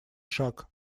шаг